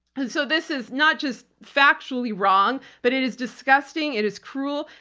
and so this is not just factually wrong but it is disgusting, it is cruel,